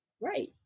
Right